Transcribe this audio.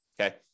Okay